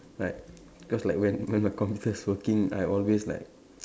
like because like when when my computer is working I always like